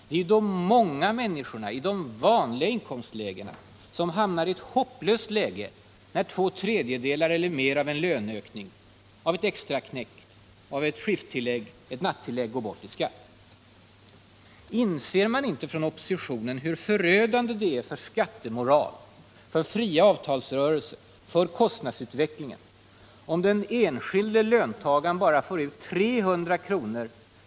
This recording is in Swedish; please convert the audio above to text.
Det är de många människorna i de vanliga inkomstlägena som hamnar i en hopplös situation när två tredjedelar eller mera av en löneökning genom ett extraknäck eller ett skifttillägg går bort i skatt. Inser inte oppositionen hur förödande det är för skattemoralen, för de fria avtalsrörelserna och för kostnadsutvecklingen, om den enskilde löntagaren bara får ut 300 kr.